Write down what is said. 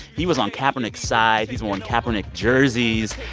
he was on kaepernick's side. he's worn kaepernick jerseys.